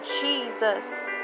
Jesus